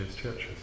churches